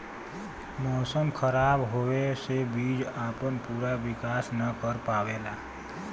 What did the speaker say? मौसम खराब होवे से बीज आपन पूरा विकास न कर पावेला